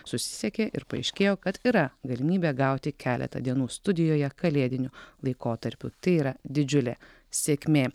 susisiekė ir paaiškėjo kad yra galimybė gauti keletą dienų studijoje kalėdiniu laikotarpiu tai yra didžiulė sėkmė